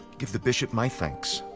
give the bishop my thanks.